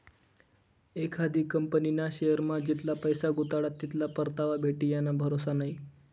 एखादी कंपनीना शेअरमा जितला पैसा गुताडात तितला परतावा भेटी याना भरोसा नै